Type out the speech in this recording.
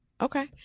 Okay